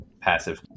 passive